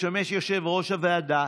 שישמש יושב-ראש הוועדה,